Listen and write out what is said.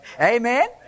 Amen